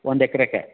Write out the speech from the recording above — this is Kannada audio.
ಒಂದು ಎಕ್ರೆಗ